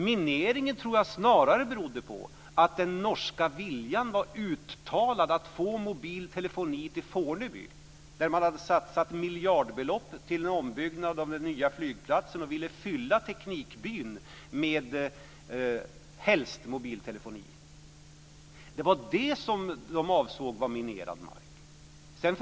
Jag tror snarare mineringen bestod av att det fanns en uttalad norsk vilja att få mobil telefoni till Fornebu, där man hade satsat miljardbelopp på en ombyggnad av den nya flygplatsen. Man ville fylla teknikbyn och helst med mobil telefoni. Det var detta som ansågs vara minerad mark.